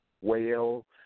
whale